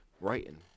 writing